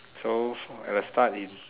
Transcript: so at the start is